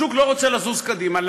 השוק לא רוצה לזוז קדימה.